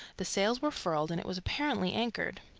the sails were furled, and it was apparently anchored.